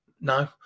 no